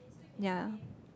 ya